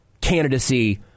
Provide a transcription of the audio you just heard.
candidacy